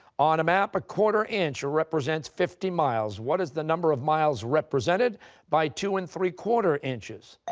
on a map, a quarter-inch represents fifty miles. what is the number of miles represented by two and three-quarter inches?